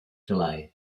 delay